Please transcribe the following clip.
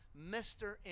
Mr